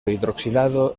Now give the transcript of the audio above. hidroxilado